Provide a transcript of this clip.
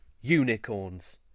unicorns